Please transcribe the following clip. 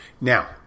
now